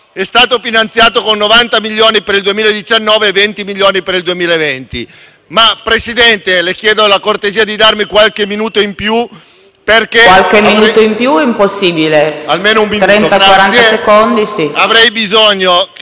è stato finanziato con 90 milioni per il 2019 e 20 milioni per il 2020. Signor Presidente, le chiedo la cortesia di darmi qualche minuto in più. PRESIDENTE. Qualche minuto in più è impossibile; al massimo le posso concedere 30-40 secondi.